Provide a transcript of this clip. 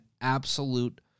absolute